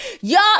Y'all